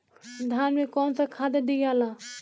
धान मे कौन सा खाद दियाला?